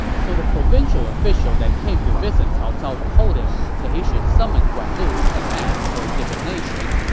so the provincial official that came to visit cao cao told him that he should summon guan lu and ask for a divination,